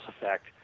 effect